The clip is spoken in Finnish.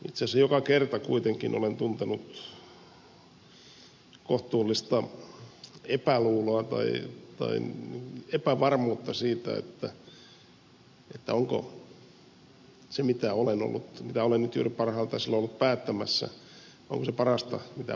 itse asiassa joka kerta kuitenkin olen tuntenut kohtuullista epäluuloa tai epävarmuutta siitä onko se mitä olen ollut juuri parhaillaan päättämässä parasta mitä voimme tehdä